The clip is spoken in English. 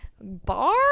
bar